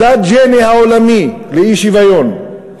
מדד ג'יני העולמי לאי-שוויון,